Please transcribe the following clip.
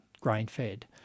grain-fed